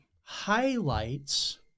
highlights